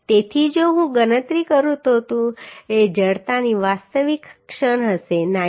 તેથી જો હું ગણતરી કરું તો તે જડતાની વાસ્તવિક ક્ષણ હશે 90